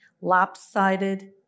Lopsided